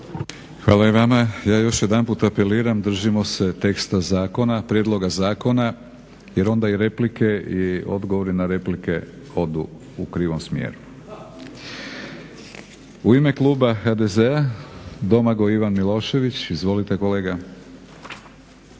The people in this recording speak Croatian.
Hvala i vama. Ja još jedanput apeliram držimo se teksta zakona, prijedloga zakona jer onda i replike i odgovori na replike odu u krivom smjeru. U ime kluba HDZ-a Domagoj Ivan Milošević. Izvolite kolega.